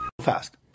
Fast